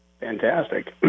fantastic